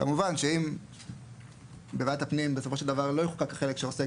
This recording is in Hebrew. כמובן שאם בוועדת הפנים בסופו של דבר לא יחוקק החלק שעוסק